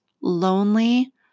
lonely